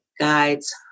guides